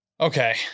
Okay